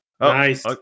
Nice